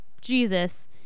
Jesus